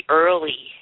early